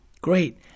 Great